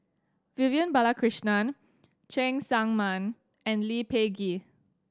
Vivian Balakrishnan Cheng Tsang Man and Lee Peh Gee